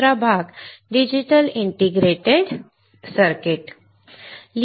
दुसरा भाग digital integrated circuits